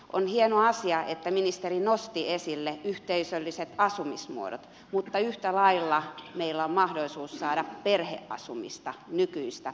on hieno asia että ministeri nosti esille yhteisölliset asumismuodot mutta yhtä lailla meillä on mahdollisuus saada perheasumista nykyistä enemmän